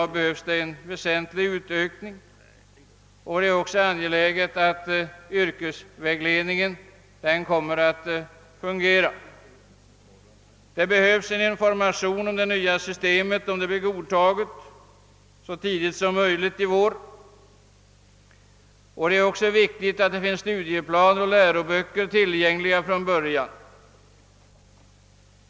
Det behövs en väsentlig utökning av den nuvarande studierådgivningen. Det är också angeläget att yrkesvägledningen kommer «att fungera. Om förslaget godtas av riksdagen, kommer det att behövas en information om det nya systemet så tidigt som möjligt i vår. Det är också viktigt att studieplaner och läroböcker från början finns tillgängliga.